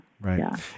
right